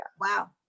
wow